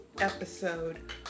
episode